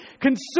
consume